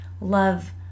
love